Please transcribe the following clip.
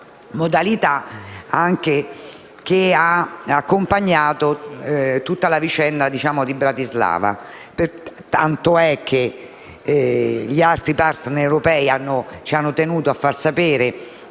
modalità che ha accompagnato tutta la vicenda di Bratislava. Ciò è tanto vero che gli altri *partner* europei ci hanno tenuto a far sapere